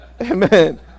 Amen